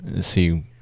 see